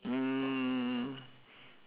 mm